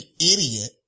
idiot